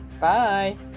bye